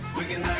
we can